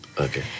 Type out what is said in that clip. Okay